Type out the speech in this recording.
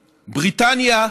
בריטניה,